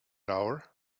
hour